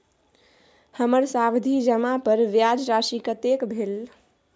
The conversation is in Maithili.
हमर सावधि जमा पर ब्याज राशि कतेक भेल?